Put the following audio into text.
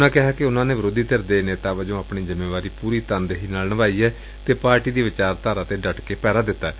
ਉਨ੍ਹਾਂ ਕਿਹਾ ਕਿ ਉਨੂਾਂ ਨੇ ਵਿਰੋਧੀ ਧਿਰ ਦੇ ਨੇਤਾ ਵਜੋਂ ਆਪਣੀ ਜਿੰਮੇਵਾਰੀ ਪੂਰੀ ਤਨਦੇਹੀ ਨਾਲ ਨਿਭਾਈ ਏ ਅਤੇ ਪਾਰਟੀ ਦੀ ਵਿਚਾਰਧਾਰਾ ਤੇ ਡਪ ਕੇ ਪਹਿਰਾ ਦਿੱਤੈ